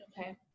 Okay